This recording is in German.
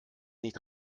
nicht